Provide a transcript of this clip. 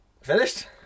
finished